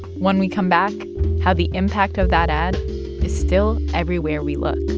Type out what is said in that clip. when we come back how the impact of that ad is still everywhere we look